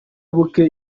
buke